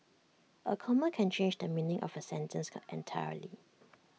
A comma can change the meaning of A sentence can entirely